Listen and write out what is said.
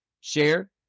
share